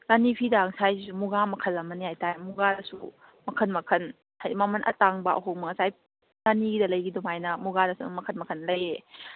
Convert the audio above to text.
ꯔꯥꯅꯤ ꯐꯤꯗ ꯉꯁꯥꯏꯒꯤꯁꯨ ꯃꯨꯒꯥ ꯃꯈꯜ ꯑꯃꯅꯦ ꯍꯥꯏꯇꯥꯔꯦ ꯃꯨꯒꯥꯗꯁꯨ ꯃꯈꯟ ꯃꯈꯟ ꯍꯥꯏꯗꯤ ꯃꯃꯟ ꯑꯇꯥꯡꯕ ꯑꯍꯣꯡꯕ ꯉꯁꯥꯏ ꯔꯥꯅꯤꯒꯤꯗ ꯂꯩꯈꯤꯕ ꯑꯗꯨꯃꯥꯏꯅ ꯃꯨꯒꯥꯗꯁꯨ ꯃꯈꯟ ꯃꯈꯟ ꯂꯩꯌꯦ